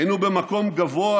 היינו במקום גבוה